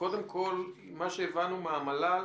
קודם כול, מה שהבנו מהמל"ל,